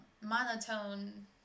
Monotone